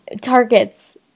targets